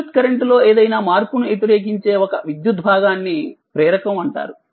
విద్యుత్ కరెంట్ లో ఏదైనా మార్పును వ్యతిరేకించే ఒక విద్యుత్ భాగాన్ని ప్రేరకం అంటారు